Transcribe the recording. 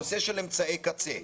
הנושא של אמצעי קצה.